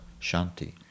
shanti